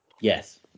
Yes